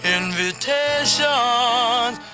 invitations